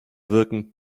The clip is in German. wirken